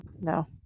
no